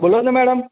બોલો ને મેડમ